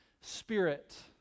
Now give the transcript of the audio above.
spirit